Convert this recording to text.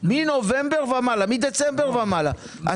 מדצמבר ומעלה,